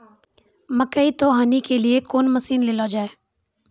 मकई तो हनी के लिए कौन मसीन ले लो जाए?